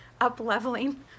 up-leveling